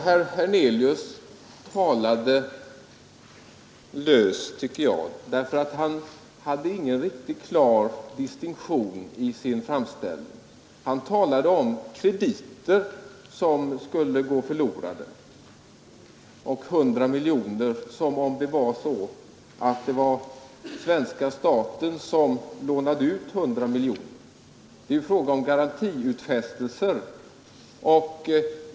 Herr Hernelius talade enligt min uppfattning löst, därför att han inte hade någon klar distinktion i sin framställning. Han talade om krediter som skulle gå förlorade. Han talade om de 100 miljonerna som om det vore svenska staten som lånade ut dem. Men det är fråga om garantiutfästelser.